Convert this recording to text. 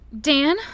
Dan